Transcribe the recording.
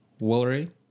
woolery